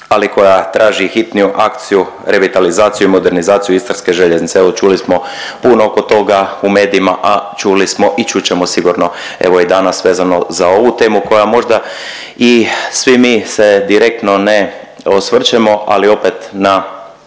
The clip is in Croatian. ali koja traži hitnu akciju, revitalizaciju i modernizaciju istarske željeznice. Evo čuli smo puno oko toga u medijima, a čuli smo i čut ćemo sigurno evo i danas vezano za ovu temu koja možda i svi mi se direktno ne osvrćemo ali opet na